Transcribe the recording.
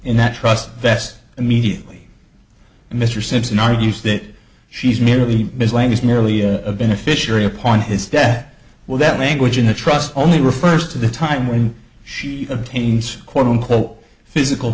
in that trust best immediately and mr simpson argues that she's merely miscellaneous merely a beneficiary upon his debt will that language in the trust only refers to the time when she obtains quote unquote physical